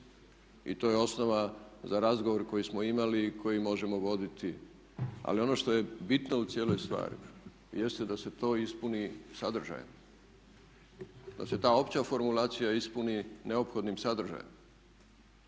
I to je osnova za razgovor koji smo imali i koji možemo voditi. Ali ono što je bitno u cijeloj stvari jeste da se to ispuni sadržajem, da se ta opća formulacija ispuni neophodnim sadržajem